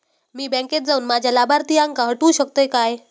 मी बँकेत जाऊन माझ्या लाभारतीयांका हटवू शकतय काय?